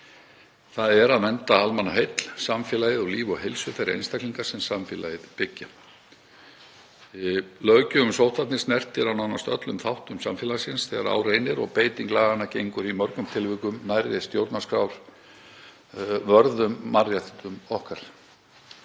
þ.e. að vernda almannaheill, samfélagið og líf og heilsu þeirra einstaklinga sem samfélagið byggja. Löggjöf um sóttvarnir snertir nánast á öllum þáttum samfélagsins þegar á reynir og beiting laganna gengur í mörgum tilvikum nærri stjórnarskrárvörðum mannréttindum okkar.